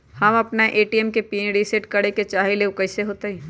हम अपना ए.टी.एम के पिन रिसेट करे के चाहईले उ कईसे होतई?